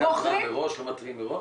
לא מתריעים מראש?